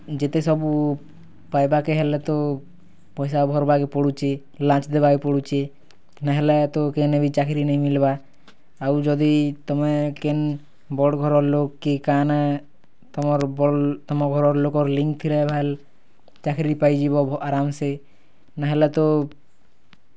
ଯେତେ ସବୁ ପାଇବାକେ ହେଲେ ତ ପଇସା ଭରବାକେ ପଡ଼ୁଛି ଲାଞ୍ଚ୍ ଦେବାକେ ପଡ଼ୁଛି ନାଇଁ ହେଲେ ତ କେନ୍ ବି ଚାକିରୀ ନାଇଁ ମିଲ୍ବା ଆଉ ଯଦି ତୁମେ କିନ୍ ବଡ଼ଘର୍ର ଲୋକ କି କାଣା ତୁମର ବଡ଼ ତୁମ ଘରର ଲୋକ ଲିଙ୍କ୍ ଥିଲେ ଭଲ୍ ଚାକିରୀ ପାଇଯିବ ଆରାମସେ ନାଇଁ ହେଲେ ତ